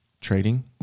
Trading